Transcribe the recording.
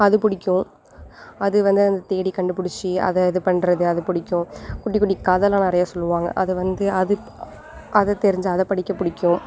அது பிடிக்கும் அது வந்து அந்த தேடி கண்டுபிடிச்சி அதை இது பண்ணுறது அது பிடிக்கும் குட்டி குட்டி கதைலாம் நிறைய சொல்லுவாங்க அதை வந்து அது அதை தெரிஞ்சு அதை படிக்க பிடிக்கும்